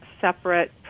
separate